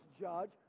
judge